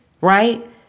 right